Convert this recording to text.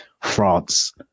France